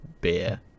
beer